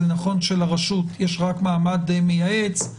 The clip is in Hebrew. נכון לרשות יש רק מעמד מייעץ,